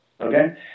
okay